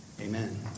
Amen